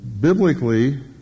biblically